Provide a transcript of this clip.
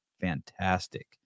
fantastic